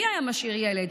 מי היה משאיר ילד?